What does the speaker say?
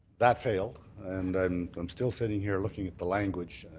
that failed, and i am um still sitting here looking at the language,